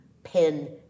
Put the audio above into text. pen